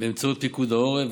באמצעות פיקוד העורף,